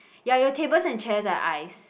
ya your tables and chairs are ice